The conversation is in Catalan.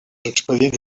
expedients